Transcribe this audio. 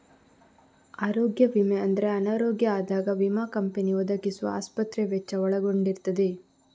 ಆರೋಗ್ಯ ವಿಮೆ ಅಂದ್ರೆ ಅನಾರೋಗ್ಯ ಆದಾಗ ವಿಮಾ ಕಂಪನಿ ಒದಗಿಸುವ ಆಸ್ಪತ್ರೆ ವೆಚ್ಚ ಒಳಗೊಂಡಿರ್ತದೆ